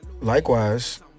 Likewise